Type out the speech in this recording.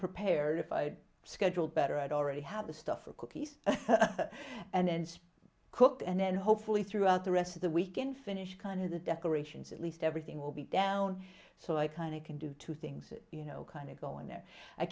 prepared if i schedule better i'd already have the stuff for cookies and cooked and then hopefully throughout the rest of the we can finish kind of the decorations at least everything will be down so i kind of can do two things you know kind of go in there i